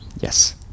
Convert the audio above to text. yes